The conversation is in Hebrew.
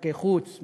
משחקי חוץ,